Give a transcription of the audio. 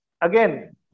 again